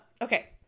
Okay